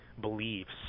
beliefs